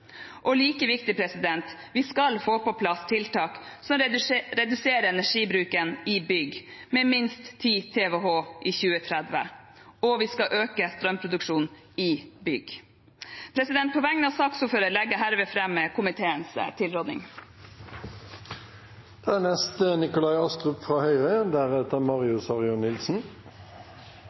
Like viktig er at vi skal få på plass tiltak som reduserer energibruken i bygg med minst 10 TWh i 2030, og vi skal øke strømproduksjonen i bygg. På vegne av saksordføreren anbefaler jeg herved komiteens tilråding. Det er